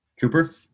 Cooper